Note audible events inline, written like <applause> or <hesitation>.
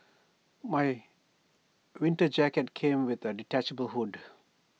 my <hesitation> winter jacket came with A detachable hood